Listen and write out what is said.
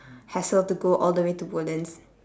hassle to go all the way to woodlands